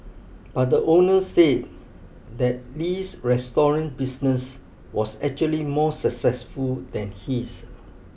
but the owner said that Li's restaurant business was actually more successful than his